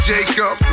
Jacob